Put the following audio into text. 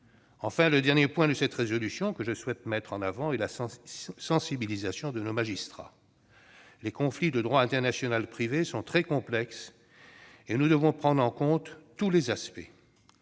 Enfin, le dernier point de cette proposition de résolution que je souhaite mettre en avant est la sensibilisation de nos magistrats. Les conflits de droit international privé sont très complexes, et nous devons prendre en compte tous leurs aspects.